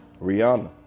Rihanna